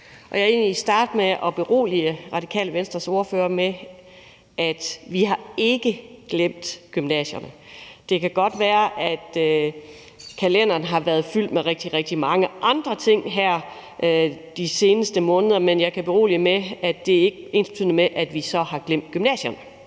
egentlig starte med at berolige Radikale Venstres ordfører med, at vi ikke har glemt gymnasierne. Det kan godt være, at kalenderen har været fyldt med rigtig, rigtig mange andre ting her de seneste måneder, men jeg kan berolige med, at det ikke er ensbetydende med, at vi så har glemt gymnasierne.